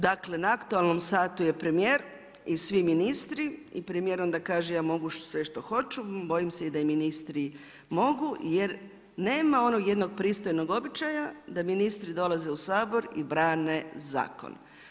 Dakle, na aktualnom satu je premijer i svi ministri i premijer onda kaže ja mogu sve što hoću, bojim se da i ministri mogu jer nema onog jednog pristojnog običaja da ministri dolaze u Sabor i brane zakon.